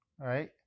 Right